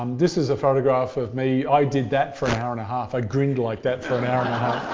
um this is a photograph of me. i did that for an hour and a half. i grinned like that for an hour and